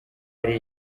ari